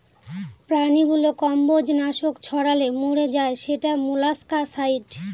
প্রাণীগুলো কম্বজ নাশক ছড়ালে মরে যায় সেটা মোলাস্কাসাইড